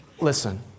listen